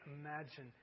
imagine